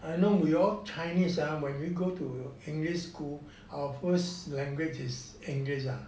I know we all chinese ah when we go to english school our first language is english ah